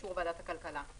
באישור ועדת הכלכלה;